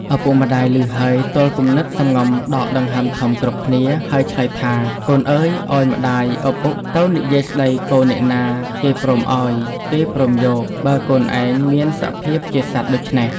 ឪពុក ម្ដាយឮហើយ ទ័លគំនិតសម្ងំដកដង្ហើមធំគ្រប់គ្នា ហើយឆ្លើយថា កូនអើយ ឱ្យម្ដាយឪពុកទៅនិយាយស្ដីកូនអ្នកណាគេព្រមឱ្យ គេព្រមយក បើកូនឯងមានសភាពជាសត្វដូច្នេះ។